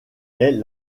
est